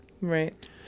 Right